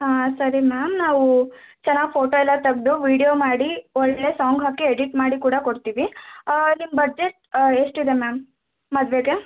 ಹಾಂ ಸರಿ ಮ್ಯಾಮ್ ನಾವು ಚೆನಾಗ್ ಫೋಟೋ ಎಲ್ಲ ತೆಗೆದು ವಿಡಿಯೋ ಮಾಡಿ ಒಳ್ಳೆಯ ಸಾಂಗ್ ಹಾಕಿ ಎಡಿಟ್ ಮಾಡಿ ಕೂಡ ಕೊಡ್ತೀವಿ ನಿಮ್ಮ ಬಜೆಟ್ ಎಷ್ಟು ಇದೆ ಮ್ಯಾಮ್ ಮದುವೆಗೆ